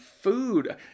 food